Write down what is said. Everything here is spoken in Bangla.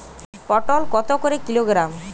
পটল কত করে কিলোগ্রাম?